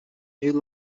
new